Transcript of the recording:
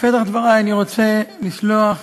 בפתח דברי אני רוצה לשלוח